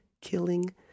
killing